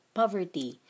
poverty